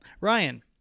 Ryan